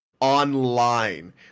online